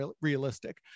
realistic